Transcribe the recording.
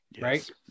right